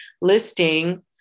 listing